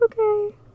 okay